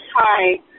hi